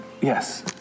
yes